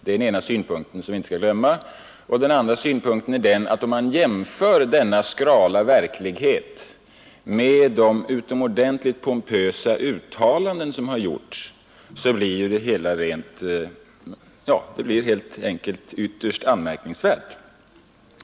En annan synpunkt är att om man jämför denna skrala verklighet med de utomordentligt pompösa uttalanden som gjorts, blir det hela ytterst anmärkningsvärt.